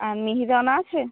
আর মিহিদানা আছে